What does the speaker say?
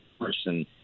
person